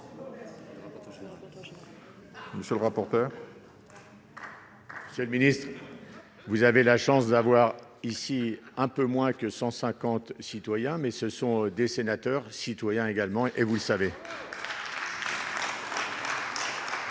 gouvernement l'avait intégré. Monsieur le ministre, vous avez la chance d'avoir ici un peu moins que 150 citoyens mais ce sont des sénateurs citoyen également et vous le savez.